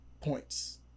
points